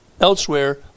Elsewhere